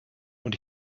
und